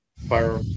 Fire